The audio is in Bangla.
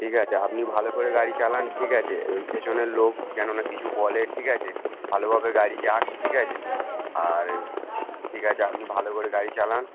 ঠিক আছে আপনি ভালো করে গাড়ি চালান ঠিক আছে পেছনের লোক যেন না কিছু বলে ঠিক আছে ভালোভাবে গাড়ি যাক ঠিক আছে আর ঠিক আছে আপনি ভালো করে গাড়ি চালান